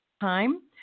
time